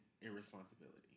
irresponsibility